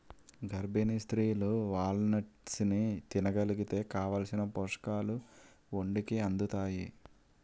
గర్భిణీ స్త్రీలు వాల్నట్స్ని తినగలిగితే కావాలిసిన పోషకాలు ఒంటికి అందుతాయి